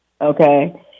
okay